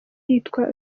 yitwa